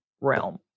realm